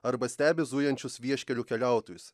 arba stebi zujančius vieškeliu keliautojus